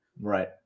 Right